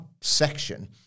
section